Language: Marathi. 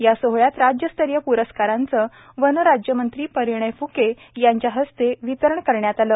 या सोहळ्यात राज्यस्तरीय प्रस्कारांचं वन राज्यमंत्री परिणय फ्के यांच्या हस्ते वितरण करण्यात आलं